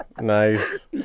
nice